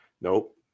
Nope